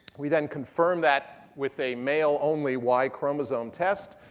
we then confirmed that with a male-only y chromosome test,